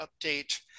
update